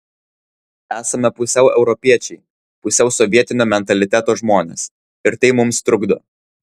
esame pusiau europiečiai pusiau sovietinio mentaliteto žmonės ir tai mums trukdo